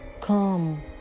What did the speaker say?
come